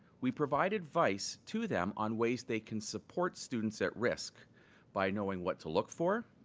we provide advice to them on ways they can support students at risk by knowing what to look for,